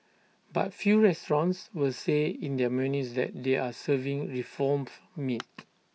but few restaurants will say in their menus that they are serving reformed meat